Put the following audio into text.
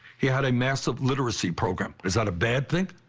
he had a massive literacy program. is that a bad thing?